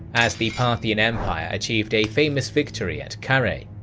as the parthian empire achieved a famous victory at carrhae.